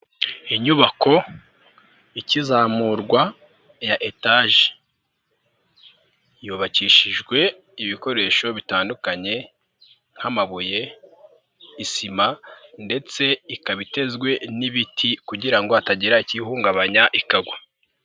Inyubako ikizamurwa ya etaje yubakishijwe ibikoresho bitandukanye nk'amabuye, isima ndetse ikaba itezwe n'ibiti kugira ngo hatagira ikiyihungabanya ikagwa.